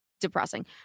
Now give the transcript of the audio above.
depressing